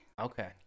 okay